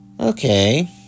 Okay